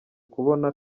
kubona